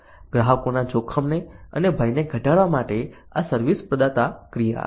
ગ્રાહકોના જોખમને અને ભયને ઘટાડવા માટે આ સર્વિસ પ્રદાતા ક્રિયા છે